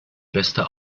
bester